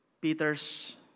Peter's